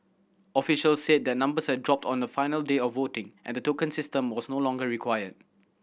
officials said the numbers had dropped on the final day of voting and the token system was no longer required